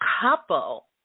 couple